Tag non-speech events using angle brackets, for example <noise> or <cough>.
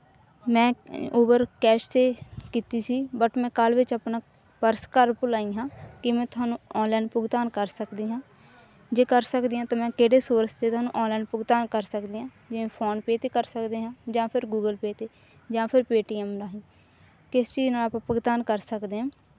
ਮੈਂ <unintelligible> Uber cash 'ਤੇ ਕੀਤੀ ਸੀ ਬਟ ਮੈਂ ਕਾਹਲੀ ਵਿੱਚ ਆਪਣਾ ਪਰਸ ਘਰ ਭੁੱਲ ਆਈ ਹਾਂ ਕੀ ਮੈਂ ਤੁਹਾਨੂੰ ਔਨਲਾਈਨ ਭੁਗਤਾਨ ਕਰ ਸਕਦੀ ਹਾਂ ਜੇ ਕਰ ਸਕਦੀ ਹਾਂ ਤਾਂ ਮੈਂ ਕਿਹੜੇ ਸੋਰਸ 'ਤੇ ਤੁਹਾਨੂੰ ਔਨਲਾਈਨ ਭੁਗਤਾਨ ਕਰ ਸਕਦੀ ਹਾਂ ਜਿਵੇਂ ਫੋਨਪੇ 'ਤੇ ਕਰ ਸਕਦੇ ਹਾਂ ਜਾਂ ਫਿਰ ਗੂਗਲ ਪੇ 'ਤੇ ਜਾਂ ਫਿਰ ਪੇਟੀਐਮ ਰਾਹੀਂ ਕਿਸ ਚੀਜ਼ ਨਾਲ ਆਪਾਂ ਭੁਗਤਾਨ ਕਰ ਸਕਦੇ ਹਾਂ